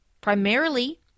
Primarily